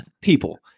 people